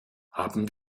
haben